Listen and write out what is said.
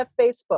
Facebook